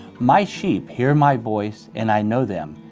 my sheep hear my voice, and i know them,